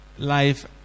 Life